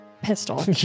Pistol